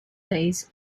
days